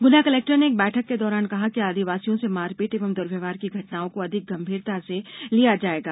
गुना collector ने एक बैठक के दौरान कहा है कि आदिवासियों से मारपीट एवं दुर्व्यवहार की घटनाओं को अधिक गंभीरता से लिया जायेगा